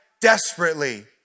desperately